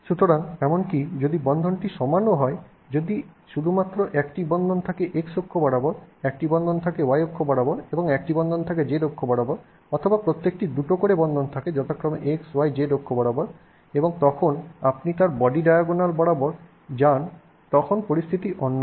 সুতরাং এমনকি যদি বন্ধনটি সমানও হয় যদি শুধুমাত্র একটি বন্ধন থাকে X অক্ষ বরাবর একটি বন্ধন থাকে Y অক্ষ বরাবর একটি বন্ধন থাকে Z অক্ষ বরাবর অথবা প্রত্যেকটির দুটো করে বন্ধন থাকে যথাক্রমে XYZ অক্ষ বরাবর এবং তখন আপনি যদি তার বডি ডায়াগোনাল বরাবর যান তখন পরিস্থিতি অন্য হয়